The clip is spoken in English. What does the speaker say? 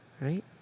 Right